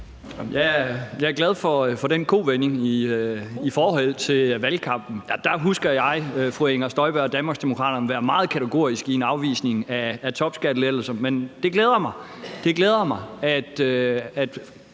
Jeg er glad for den kovending i forhold til valgkampen. For der husker jeg fru Inger Støjberg og Danmarksdemokraterne være meget kategoriske i en afvisning af topskattelettelser, men det glæder mig, at